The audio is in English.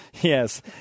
Yes